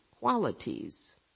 qualities